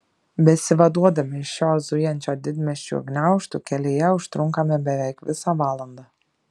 besivaduodami iš šio zujančio didmiesčio gniaužtų kelyje užtrunkame beveik visą valandą